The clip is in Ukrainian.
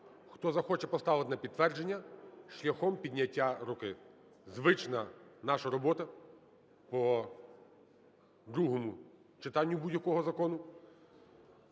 Хто захоче поставити на підтвердження – шляхом підняття руки. Звична наша робота по другому читанню будь-якого закону.